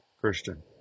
Christian